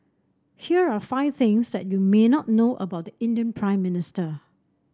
here are five things that you may not know about the Indian Prime Minister